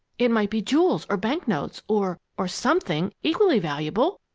it might be jewels or bank-notes or or something equally valuable!